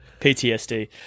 PTSD